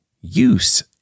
use